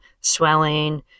swelling